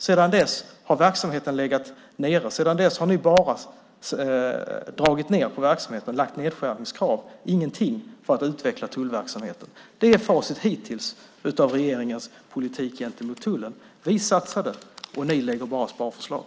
Sedan dess har verksamheten legat nere. Sedan dess har ni bara dragit ned på verksamheten och lagt fram nedskärningskrav. Ni har inte gjort någonting för att utveckla tullverksamheten. Det är facit hittills av regeringens politik gentemot tullen. Vi satsade, och ni lägger fram sparförslag.